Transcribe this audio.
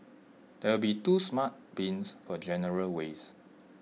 there will be two smart bins for general waste